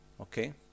Okay